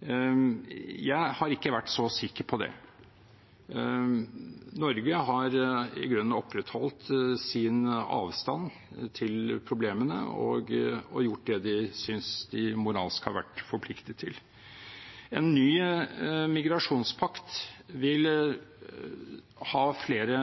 Jeg har ikke vært så sikker på det. Norge har i grunnen opprettholdt sin avstand til problemene og gjort det vi synes vi moralsk har vært forpliktet til. En ny migrasjonspakt vil ha flere